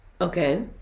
Okay